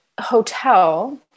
hotel